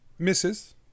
Misses